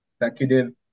executive